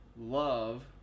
love